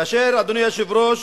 כאשר, אדוני היושב-ראש,